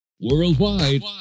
Worldwide